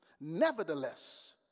Nevertheless